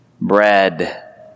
bread